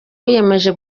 wiyemeje